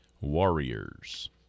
Warriors